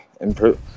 improve